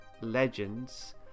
legends